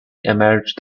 emerged